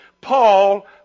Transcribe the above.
Paul